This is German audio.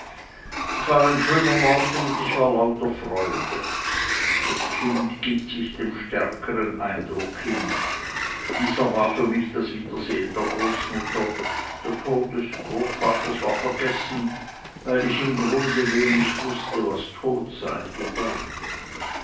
es war ein schöner morgen und ich war lauter freude das kind gibt sich dem starkem eindruck hin dieser war für mich das wiedersehen der großmutter der tod des großvaters war vergessen weil ich im grunde wenig wußte was tot sein bedeute